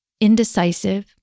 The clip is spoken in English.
indecisive